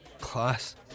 Class